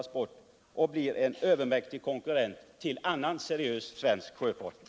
Det är viktigt att klara ut de här frågorna. Jag tycker, med hänsyn till de viktiga frågor som är ställda, att svaret är ovanligt kort.